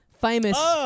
famous